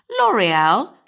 L'Oreal